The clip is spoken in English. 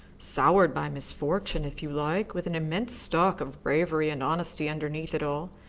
soured by misfortune, if you like, with an immense stock of bravery and honesty underneath it all.